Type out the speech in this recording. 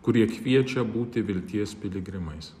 kurie kviečia būti vilties piligrimais